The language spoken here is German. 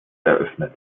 eröffnet